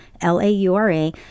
L-A-U-R-A